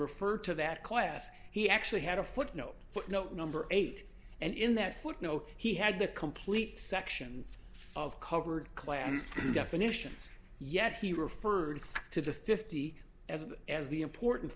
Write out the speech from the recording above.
referred to that class he actually he had a footnote footnote number eight and in that footnote he had the complete section of covered class definitions yet he referred to the fifty as as the important